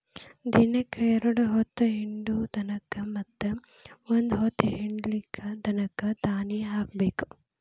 ದಿನಕ್ಕ ಎರ್ಡ್ ಹೊತ್ತ ಹಿಂಡು ದನಕ್ಕ ಮತ್ತ ಒಂದ ಹೊತ್ತ ಹಿಂಡಲಿದ ದನಕ್ಕ ದಾನಿ ಹಾಕಬೇಕ